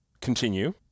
continue